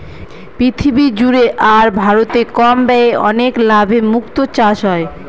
পৃথিবী জুড়ে আর ভারতে কম ব্যয়ে অনেক লাভে মুক্তো চাষ হয়